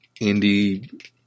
indie